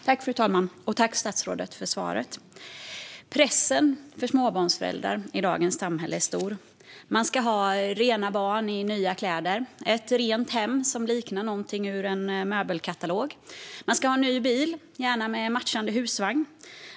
Fru talman! Tack, statsrådet, för svaret! Pressen på småbarnsföräldrar i dagens samhälle är stor. Man ska ha rena barn i nya kläder, ett rent hem som liknar någonting ur en möbelkatalog och ny bil, gärna med matchande husvagn.